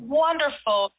wonderful